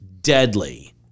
deadly